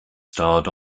starred